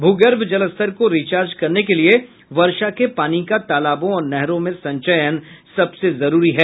भूगर्भ जल स्तर को रिचार्ज करने के लिए वर्षा के पानी का तालाबों और नहरों में संचयन सबसे जरूरी है